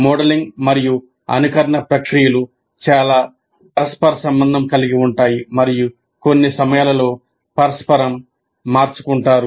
modelling మరియు అనుకరణ ప్రక్రియలు చాలా పరస్పర సంబంధం కలిగి ఉంటాయి మరియు కొన్ని సమయాల్లో పరస్పరం మార్చుకుంటారు